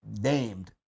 named